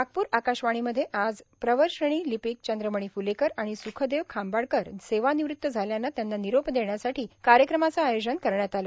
नागपूर आकाशवाणीमध्ये आज प्रवर क्षेण लिपीक चंद्रमणी फूलेकर आणि सुखदेव खांबाडकर सेवानिवृत्त झाल्याने त्यांना निरोप देण्यासाठी कार्यक्रमाचं आयोजन करण्यात आलं